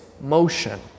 motion